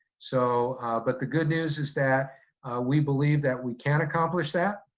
so but the good news is that we believe that we can accomplish that,